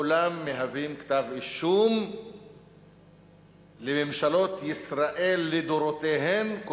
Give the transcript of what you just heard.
כולם מהווים כתב-אישום לממשלות ישראל לדורותיהן,